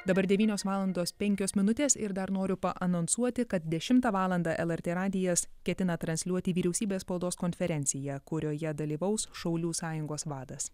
dabar devynios valandos penkios minutės ir dar noriu paanonsuoti kad dešimtą valandą lrt radijas ketina transliuoti vyriausybės spaudos konferenciją kurioje dalyvaus šaulių sąjungos vadas